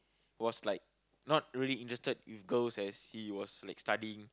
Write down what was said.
was like not really interested with girls as he was like studying